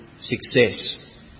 success